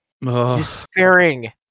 despairing